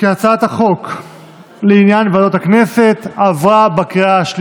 חוק לעניין ועדות הכנסת (תיקוני חקיקה והוראת שעה),